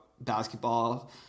basketball